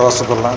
ᱨᱚᱥ ᱜᱚᱞᱞᱟ